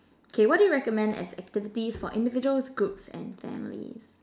K what do you recommend as activities for individuals groups and families